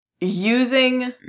using